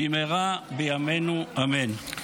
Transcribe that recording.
במהרה בימינו אמן.